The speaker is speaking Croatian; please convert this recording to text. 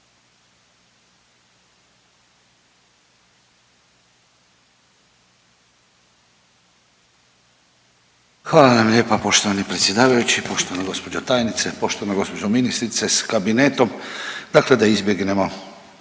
Hvala vam lijepa poštovani predsjedavajući. Poštovana gospođo tajnice, poštovana gospođo ministrice s kabinetom, dakle da izbjegnemo